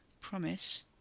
promise